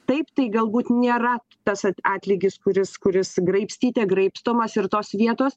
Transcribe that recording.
taip tai galbūt nėra tas atlygis kuris kuris graibstyte graibstomas ir tos vietos